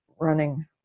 running